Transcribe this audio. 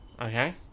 Okay